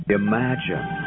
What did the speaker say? imagine